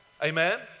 Amen